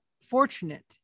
fortunate